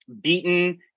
beaten